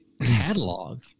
catalog